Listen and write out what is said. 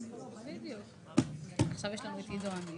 אני